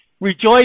Rejoice